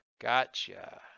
gotcha